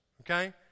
okay